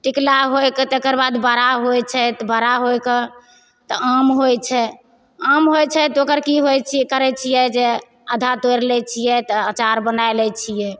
टिकोला होइके तेकरबाद बड़ा होइत छै तऽ बड़ा होइके तऽ आम होइछै आम होइत छै तऽ ओकर की होइत छै की करैत छियै जे आधा तोड़ि लै छियै तऽ अँचार बनाइ लै छियै